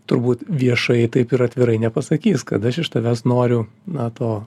turbūt viešai taip ir atvirai nepasakys kad aš iš tavęs noriu na to